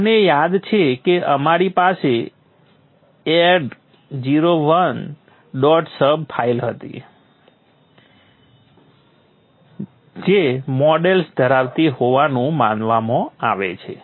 તમને યાદ છે કે અમારી પાસે એડટ 0 1 ડોટ સબ ફાઈલ હતી જે મોડેલ્સ ધરાવતી હોવાનું માનવામાં આવે છે